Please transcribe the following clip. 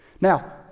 now